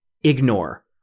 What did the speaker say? ignore